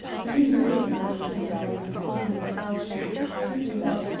you neither understand aright the simple expression of surprise you heard,